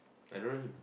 I don't know him